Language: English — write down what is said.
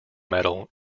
medal